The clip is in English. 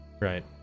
right